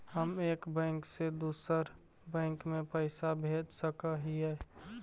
हम एक बैंक से दुसर बैंक में पैसा भेज सक हिय?